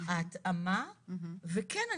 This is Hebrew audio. ההתאמה וכן,